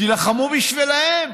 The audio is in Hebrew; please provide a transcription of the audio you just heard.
תילחמו בשבילם.